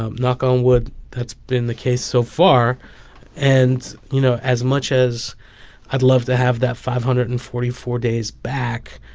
um knock on wood that's been the case so far and, you know, as much as i'd love to have that five hundred and forty four days back,